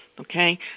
Okay